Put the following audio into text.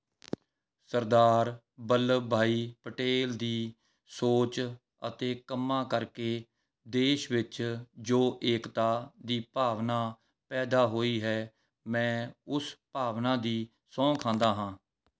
ਸਰਦਾਰ ਵੱਲਭ ਭਾਈ ਪਟੇਲ ਦੀ ਸੋਚ ਅਤੇ ਕੰਮਾਂ ਕਰਕੇ ਦੇਸ਼ ਵਿੱਚ ਜੋ ਏਕਤਾ ਦੀ ਭਾਵਨਾ ਪੈਦਾ ਹੋਈ ਹੈ ਮੈਂ ਉਸ ਭਾਵਨਾ ਦੀ ਸਹੁੰ ਖਾਂਦਾ ਹਾਂ